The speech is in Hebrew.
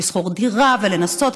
לשכור דירה ולנסות,